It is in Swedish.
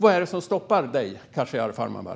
Vad är det som stoppar dig, Khashayar Farmanbar?